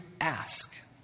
ask